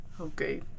okay